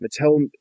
Mattel